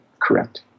correct